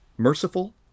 Merciful